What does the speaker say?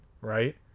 right